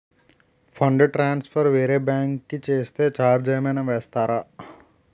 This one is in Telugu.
ఫండ్ ట్రాన్సఫర్ వేరే బ్యాంకు కి చేస్తే ఛార్జ్ ఏమైనా వేస్తారా?